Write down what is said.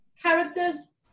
characters